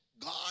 God